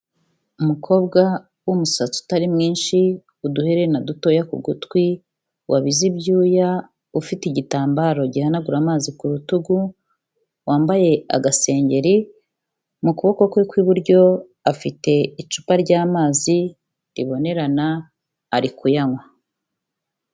Umukobwa w'umusatsi utari mwinshi, uduherena dutoya ku gutwi, wabize ibyuya, ufite igitambaro gihanagura amazi ku rutugu, wambaye agasengeri, mu kuboko kwe kw'iburyo afite icupa ry'amazi ribonerana, ari kuyanywa.